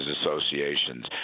associations